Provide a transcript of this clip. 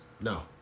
No